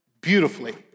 beautifully